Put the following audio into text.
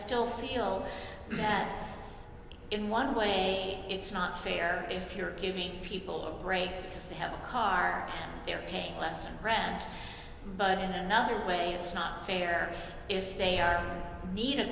still feel in one way it's not fair if you're giving people a break because they have a car they're paying less than brand but in another way it's not fair if they are need